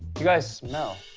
you guys smell.